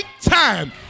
time